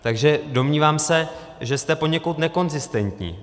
Takže domnívám se, že jste poněkud nekonzistentní.